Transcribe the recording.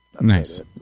Nice